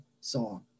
song